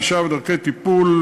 ענישה ודרכי טיפול),